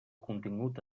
contingut